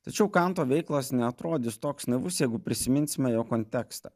tačiau kanto veikalas neatrodys toks naivus jeigu prisiminsime jo kontekstą